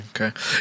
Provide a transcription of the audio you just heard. Okay